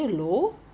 ya 你去 lah